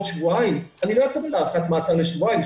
שבועיים אני לא אקבל הארכת מעצר לשבועיים.